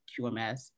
QMS